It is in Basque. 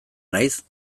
naiz